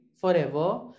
forever